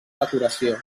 decoració